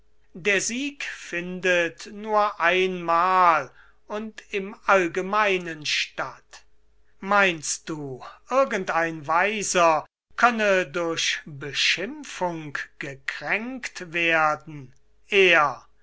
der sieg findet nur einmal und im allgemeinen statt meinst du irgend ein weiser könne durch beschimpfung getränkt werden er